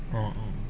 orh orh